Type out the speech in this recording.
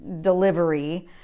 delivery